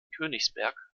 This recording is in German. königsberg